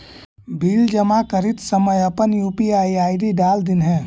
bill जमा करित समय अपन यू.पी.आई आई.डी डाल दिन्हें